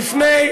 ראינו,